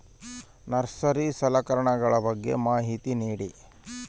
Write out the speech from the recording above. Nursery ಸಲಕರಣೆಗಳ ಬಗ್ಗೆ ಮಾಹಿತಿ ನೇಡಿ?